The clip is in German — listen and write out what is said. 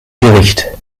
gericht